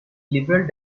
liberal